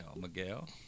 Miguel